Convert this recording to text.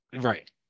Right